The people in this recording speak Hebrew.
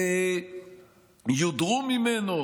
יודרו ממנו,